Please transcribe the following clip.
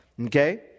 Okay